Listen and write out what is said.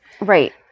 Right